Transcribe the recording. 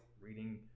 reading